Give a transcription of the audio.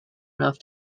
enough